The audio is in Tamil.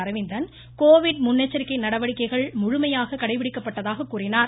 அரவிந்தன் கோவிட் முன்னெச்சரிக்கை நடவடிக்கைகள் முழுமையாக கடைபிடிக்கப்பட்டதாக கூறினார்